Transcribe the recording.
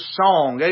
song